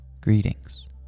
Greetings